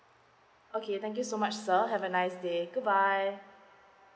okay thank you so much sir have a nice day good bye